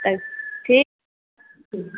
ठीक